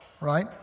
right